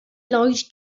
lloyd